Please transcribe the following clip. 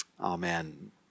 Amen